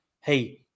hey